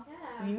yeah